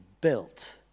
built